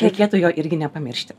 reikėtų jo irgi nepamiršti